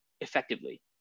effectively